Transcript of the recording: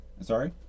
sorry